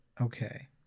Okay